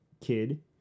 kid